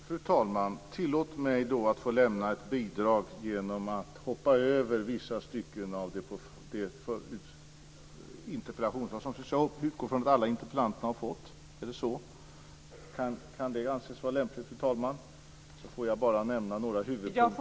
Fru talman! Tillåt mig då att lämna ett bidrag genom att hoppa över vissa stycken av interpellationssvaret, som jag utgår från att alla interpellanter har fått. Är det så? Kan det anses vara lämpligt, fru talman? Jag kan nämna några huvudpunkter.